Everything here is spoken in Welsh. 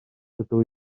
dydw